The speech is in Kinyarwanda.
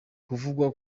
kuvugwa